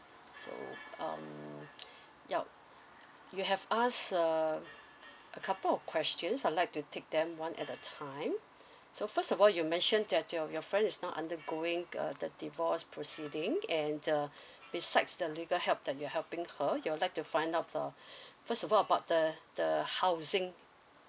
so um yup you have asked uh a couple of questions I like to take them one at a time so first of all you mentioned that your your friend is not under going uh the divorce proceeding and uh besides the legal help that you're helping her you'd like to find out uh first of all about the the housing